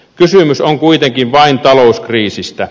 kysymys on kuitenkin vain talouskriisistä